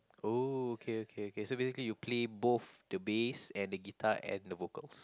oh okay okay okay so basically you play both the bass and the guitar and the vocals